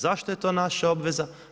Zašto je to naša obveza?